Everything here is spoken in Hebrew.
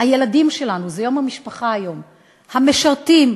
הילדים שלנו, זה יום המשפחה היום, המשרתים,